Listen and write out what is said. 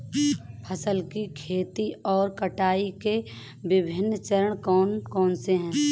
फसल की खेती और कटाई के विभिन्न चरण कौन कौनसे हैं?